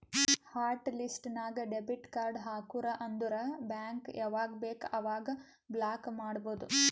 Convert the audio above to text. hot list ನಾಗ್ debit card ಹಾಕುರ್ ಅಂದುರ್ ಬ್ಯಾಂಕ್ ಯಾವಾಗ ಬೇಕ್ ಅವಾಗ ಬ್ಲಾಕ್ ಮಾಡ್ಬೋದು